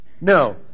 No